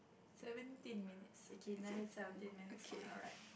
seventeen minutes okay another seventeen minutes for alright